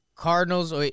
Cardinals